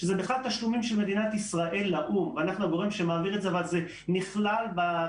ובציבור הרחב אנחנו רואים גם סקרי דעת